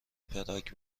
پراگ